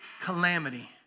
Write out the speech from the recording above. calamity